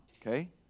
okay